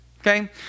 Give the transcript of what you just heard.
okay